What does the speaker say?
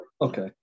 Okay